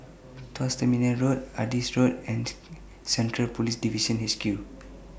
Tuas Terminal Road Adis Road and Central Police Division H Q